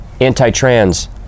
anti-trans